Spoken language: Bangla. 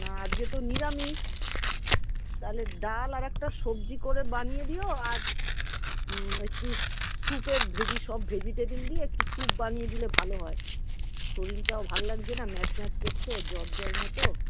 না আজকে তো নিরামিষ তাহলে ডাল আর একটা সবজি করে বানিয়ে দিও আর একটু স স্যুপের ভেজি সব ভেজিটেবিল দিয়ে একটু স্যুপ বানিয়ে দিলে ভালো হয় শরীরটাও ভালো লাগছে না ম্যাজম্যাজ করছে জ্বর জ্বর মতো